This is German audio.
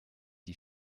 die